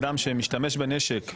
אדם שמשתמש בנשק,